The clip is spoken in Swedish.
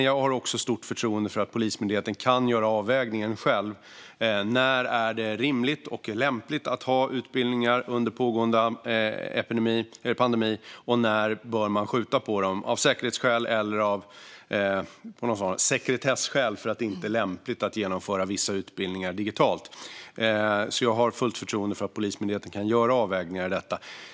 Jag har dock även stort förtroende för att Polismyndigheten själv kan göra avvägningen gällande när det är rimligt och lämpligt att ha utbildningar under pågående pandemi och när man bör skjuta på dem - av säkerhetsskäl eller av sekretesskäl, därför att det inte är lämpligt att genomföra vissa utbildningar digitalt. Jag har alltså fullt förtroende för att Polismyndigheten kan göra avvägningar i detta.